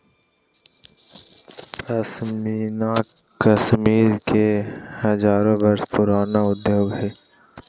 पश्मीना कश्मीर के हजारो वर्ष पुराण उद्योग हइ